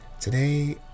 Today